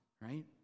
right